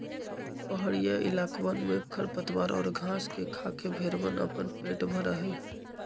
पहड़ीया इलाकवन में खरपतवार और घास के खाके भेंड़वन अपन पेट भरा हई